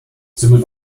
somit